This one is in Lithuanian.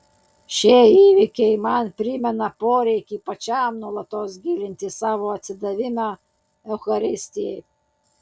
šie įvykiai man primena poreikį pačiam nuolatos gilinti savo atsidavimą eucharistijai